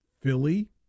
Philly